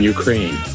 Ukraine